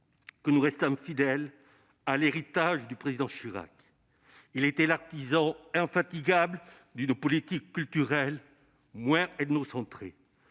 que nous restions fidèles à l'héritage du président Jacques Chirac. Il était l'artisan infatigable d'une politique culturelle moins ethnocentrée,